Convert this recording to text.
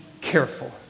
careful